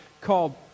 called